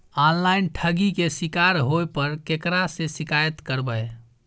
Online ठगी के शिकार होय पर केकरा से शिकायत करबै?